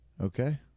Okay